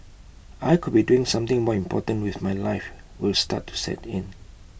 I could be doing something more important with my life will start to set in